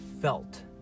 felt